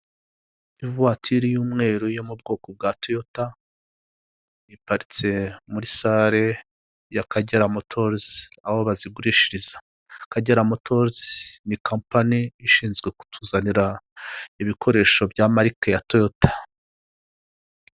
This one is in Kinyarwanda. Ivatiri y'umweru yo mu bwoko bwa toyota iparitse muri sale y'akagera motozi aho bazigurishiriza, akagera motozi ni kampani ishinzwe kutuzanira ibikoresho bya marike ya toyota.